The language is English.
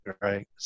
Right